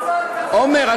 עמר,